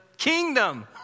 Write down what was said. kingdom